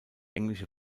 englische